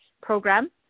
program